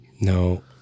No